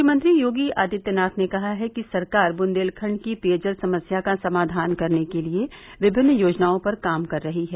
मुख्यमंत्री योगी आदित्यनाथ ने कहा है कि सरकार बुन्देलखण्ड की पेयजल समस्या का समाधान करने के लिए विभिन्न योजनाओं पर काम कर रही है